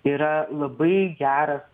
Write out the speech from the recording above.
yra labai geras